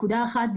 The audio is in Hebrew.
אחת,